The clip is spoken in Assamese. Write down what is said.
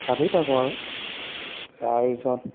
সাঁতুৰি থাকোঁ আৰু তাৰপিছত